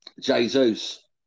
Jesus